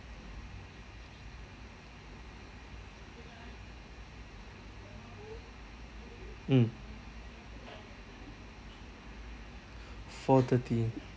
mm four thirty